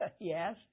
Yes